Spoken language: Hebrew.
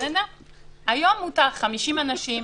היום מותר 50 אנשים,